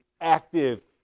active